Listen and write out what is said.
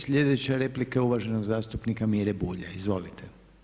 Sljedeća replika je uvaženog zastupnika Mire Bulja, izvolite.